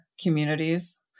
communities